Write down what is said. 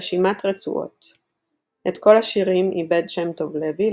רשימת רצועות את כל השירים עיבד שם טוב לוי,